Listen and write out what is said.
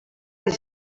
els